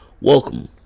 Welcome